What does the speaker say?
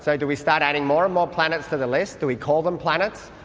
so do we start adding more and more planets to the list, do we call them planets,